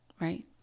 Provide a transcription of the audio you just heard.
Right